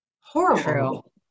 horrible